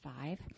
five